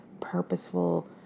purposeful